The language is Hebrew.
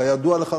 כידוע לך,